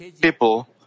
people